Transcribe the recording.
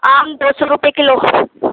آم دو سو روپیے کلو